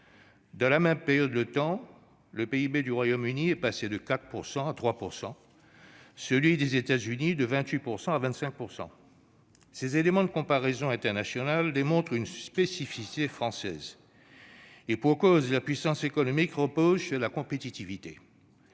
Dans la même période de temps, le PIB du Royaume-Uni est ainsi passé de 4 % à 3 %, celui des États-Unis de 28 % à 25 %. Ces éléments de comparaison internationale démontrent une spécificité française, et pour cause : la puissance économique repose sur la compétitivité.